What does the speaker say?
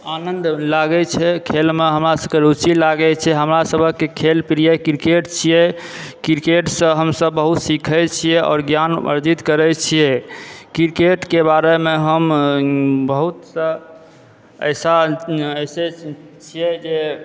आनंद लागए छै खेलमे हमरा सबहक रुचि लागए छै हमरा सबहक खेल प्रिय क्रिकेट छिऐ क्रिकेटसंँ हमसब बहुत सीखए छिऐ आओर ज्ञान अर्जित करए छिऐ क्रिकेटके बारेमे हम बहुत तऽ एहि साल ऐसे छिऐ जे